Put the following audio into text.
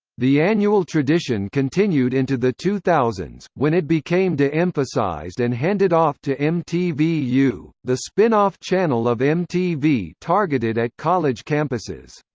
the annual tradition continued into the two thousand s, when it became de-emphasized and handed off to mtvu, the spin-off channel of mtv targeted at college campuses.